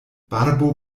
barbo